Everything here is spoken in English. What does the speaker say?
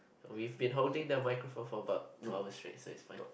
we've been holding the microphone for about two hours straight so it's fine